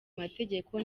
mategeko